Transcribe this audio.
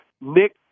Nick